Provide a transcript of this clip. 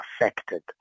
affected